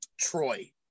Troy